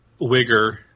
Wigger